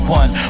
one